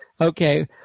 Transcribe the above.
Okay